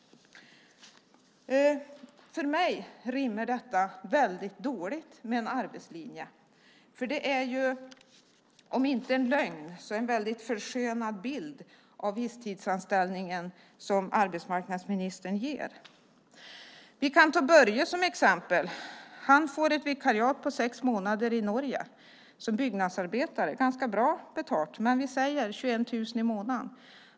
För mig rimmar detta väldigt dåligt med en arbetslinje. Det är om inte en lögn så åtminstone en väldigt förskönad bild av visstidsanställningen som arbetsmarknadsministern ger. Jag kan ta Börje som exempel. Han får ett vikariat på sex månader i Norge som byggnadsarbetare. Det är ganska bra betalt - 21 000 kronor i månaden.